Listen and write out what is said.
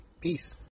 Peace